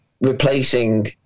replacing